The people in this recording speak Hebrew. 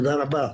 תודה רבה.